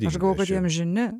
aš galvojau kad jie amžini